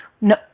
No